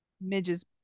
midges